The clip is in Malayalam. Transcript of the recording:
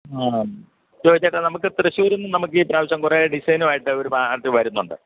ആ ജോയിച്ചേട്ടാ നമുക്ക് തൃശൂരിൽ നിന്ന് നമുക്ക് ഈ പ്രാവശ്യം കുറേ ഡിസൈനും ആയിട്ട് ഒരു പാര്ട്ടി വരുന്നുണ്ട്